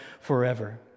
forever